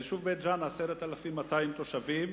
ביישוב בית-ג'ן 10,200 תושבים.